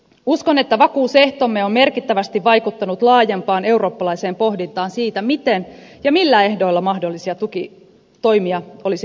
uskon että vakuusehtomme on merkittävästi vaikuttanut laajempaan eurooppalaiseen pohdintaan siitä miten ja millä ehdoilla mahdollisia tukitoimia olisi tulevaisuudessa tehtävä